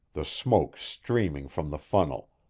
the smoke streaming from the funnel,